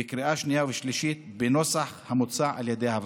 בקריאה השנייה והשלישית בנוסח המוצע על ידי הוועדה.